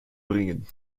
bringen